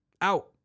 Out